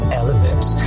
elements